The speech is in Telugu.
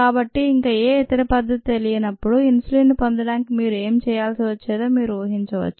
కాబట్టిఇంక ఏ ఇతర పద్ధతి తెలియనప్పుడు ఇన్సులిన్ పొందడానికి ఏమి చేయాల్సి వచ్చేదో మీరు ఊహించవచ్చు